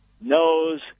knows